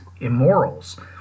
immorals